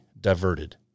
diverted